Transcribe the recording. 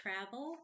travel